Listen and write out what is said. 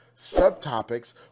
subtopics